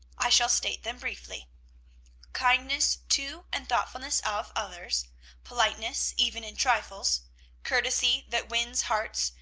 i shall state them briefly kindness to, and thoughtfulness of, others politeness, even in trifles courtesy that wins hearts,